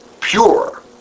pure